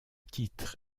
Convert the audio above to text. titre